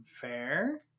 fair